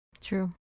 True